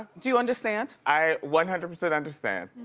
do you understand. i one hundred percent understand.